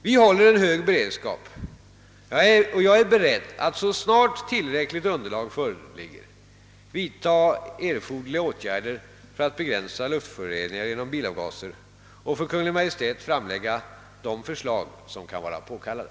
Vi håller en hög beredskap och jag är beredd att så snart tillräckligt underlag föreligger vidta erforderliga åtgärder för att begränsa luftföroreningar genom bilavgaser och för Kungl. Maj:t framlägga de förslag som kan vara påkallade.